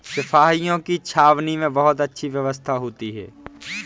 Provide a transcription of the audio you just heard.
सिपाहियों की छावनी में बहुत अच्छी व्यवस्था होती है